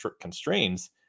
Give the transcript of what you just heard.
constraints